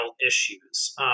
issues